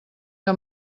que